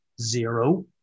zero